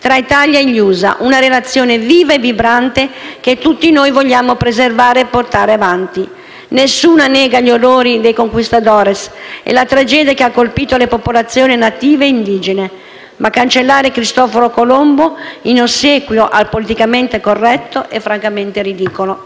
tra l'Italia e gli USA, una relazione viva e vibrante che tutti noi vogliamo preservare e portare avanti. Nessuno nega gli orrori dei *conquistadores* e la tragedia che ha colpito le popolazione native e indigene, ma cancellare Cristoforo Colombo, in ossequio al politicamente corretto, è francamente ridicolo.